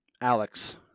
Alex